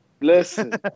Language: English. Listen